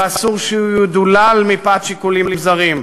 ואסור שהוא ידולל מפאת שיקולים זרים.